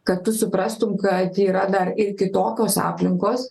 kad tu suprastum kad yra dar ir kitokios aplinkos